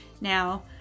Now